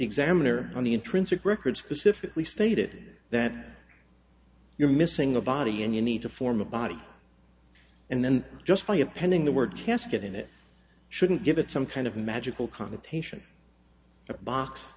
examiner on the intrinsic record specifically stated that you're missing a body and you need to form a body and then just by appending the word casket in it shouldn't give it some kind of magical connotation a box